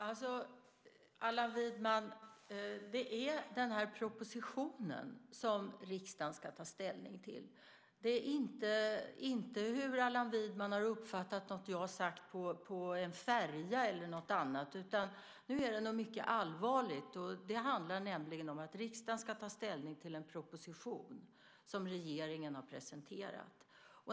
Fru talman! Det är den här propositionen, Allan Widman, som riksdagen ska ta ställning till. Det är inte hur Allan Widman har uppfattat något jag har sagt på en färja eller något annat. Nu är det något mycket allvarligt. Det handlar nämligen om att riksdagen ska ta ställning till en proposition som regeringen har presenterat.